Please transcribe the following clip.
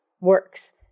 works